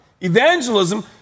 evangelism